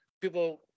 people